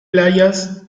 playas